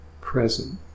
present